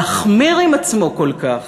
להחמיר עם עצמו כל כך.